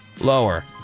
Lower